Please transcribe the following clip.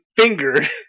fingered